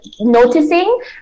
noticing